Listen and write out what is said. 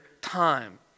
time